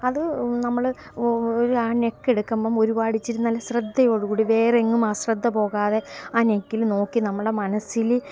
അത് നമ്മള് ആ നെക്കെടുക്കുമ്പോള് ഒരുപാട് ഇച്ചിരി നല്ല ശ്രദ്ധയോടുകൂടി വേറെങ്ങും ആ ശ്രദ്ധ പോകാതെ ആ നെക്കില് നോക്കി നമ്മുടെ മനസ്സില്